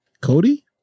Cody